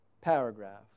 paragraph